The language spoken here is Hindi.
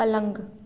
पलंग